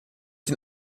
den